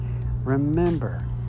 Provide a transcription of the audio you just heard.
Remember